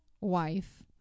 wife